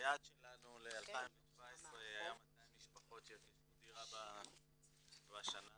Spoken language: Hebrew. היעד שלנו ל-2017 היה 200 משפחות שירכשו דירה בשנה הזאת,